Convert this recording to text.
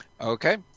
Okay